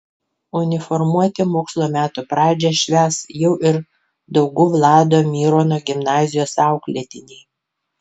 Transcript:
uniformuoti mokslo metų pradžią švęs jau ir daugų vlado mirono gimnazijos auklėtiniai